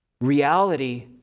reality